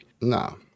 no